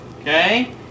Okay